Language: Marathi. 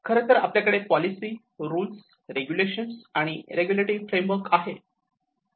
खरे तर आपल्याकडे पॉलिसी रुल्स रेगुलेशन्स आणि रेग्युलेटरी फ्रेमवर्क आहे